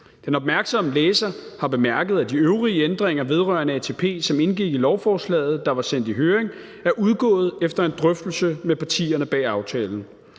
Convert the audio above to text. Den opmærksomme læser vil have bemærket, at de øvrige ændringer vedrørende ATP, som indgik i lovforslaget, da det blev sendt i høring, er udgået efter en drøftelse med partierne bag aftalen.